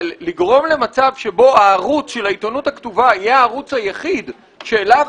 אבל לגרום למצב שבו הערוץ של העיתונות הכתובה יהיה הערוץ היחיד שאליו